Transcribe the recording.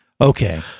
Okay